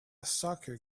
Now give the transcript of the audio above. soccer